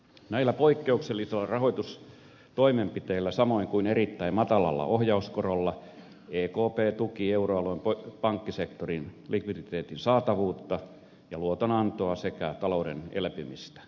näillä poikkeuksellisilla rahoitustoimenpiteillä samoin kuin erittäin matalalla ohjauskorolla ekp tuki euroalueen pankkisektorin likviditeetin saatavuutta ja luotonantoa sekä talouden elpymistä